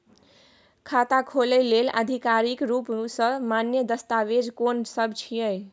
खाता खोले लेल आधिकारिक रूप स मान्य दस्तावेज कोन सब छिए?